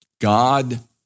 God